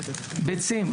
ביצים,